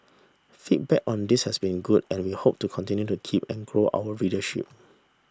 feedback on this has been good and we hope to continue to keep and grow our readership